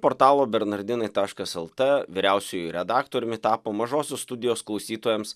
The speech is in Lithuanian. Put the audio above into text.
portalo bernardinai taškas el t vyriausiuoju redaktoriumi tapo mažosios studijos klausytojams